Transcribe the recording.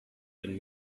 been